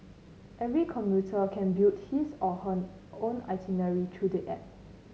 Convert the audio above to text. every commuter can build his or her own itinerary through the app